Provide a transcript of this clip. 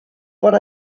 but